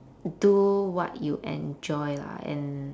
do what you enjoy lah and